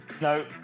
No